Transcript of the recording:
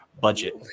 budget